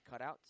cutouts